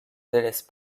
délaisse